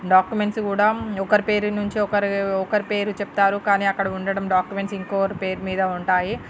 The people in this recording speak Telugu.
డాక్యూమెంట్స్ కూడా ఒకరి పేరు నుంచి ఒకరి పేరు చెప్తారు కానీ అక్కడ ఉండడం డాక్యూమెంట్స్ ఇంకొకరి పేరు మీద ఉంటాయి